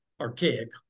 archaic